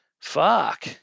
fuck